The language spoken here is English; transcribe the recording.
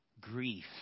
grief